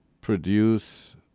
produce